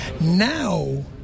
Now